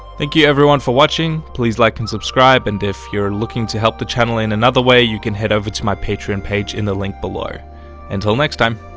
thank you everyone for watching please like and subscribe and if you're looking to help the channel in another way you can head over to my patreon page in the link below until next time